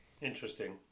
Interesting